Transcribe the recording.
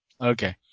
Okay